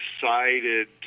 decided